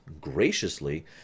graciously